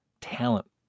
talent